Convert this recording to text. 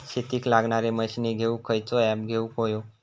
शेतीक लागणारे मशीनी घेवक खयचो ऍप घेवक होयो?